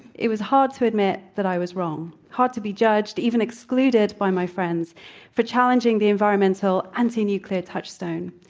it was hard to admit that i was wrong, hard to be judged, even excluded by my friends for challenging the environmental anti-nuclear touchstone.